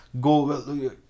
Go